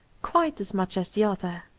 quite as much as the other.